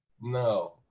No